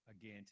again